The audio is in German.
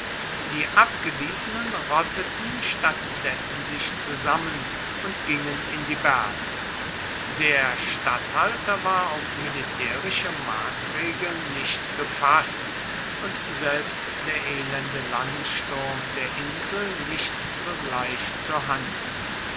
die abgewiesenen rotteten statt dessen sich zusammen und gingen in die berge der statthalter war auf militärische maßregeln nicht gefaßt und selbst der elende landsturm der insel nicht sogleich zur hand